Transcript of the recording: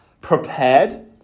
prepared